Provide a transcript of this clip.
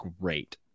great